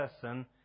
person